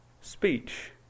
speech